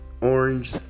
Orange